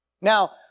Now